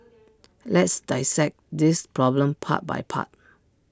let's dissect this problem part by part